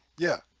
yeah,